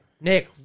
Nick